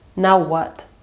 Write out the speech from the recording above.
now what?